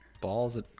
balls